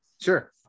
Sure